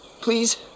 Please